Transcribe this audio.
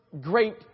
great